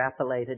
extrapolated